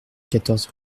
quatorze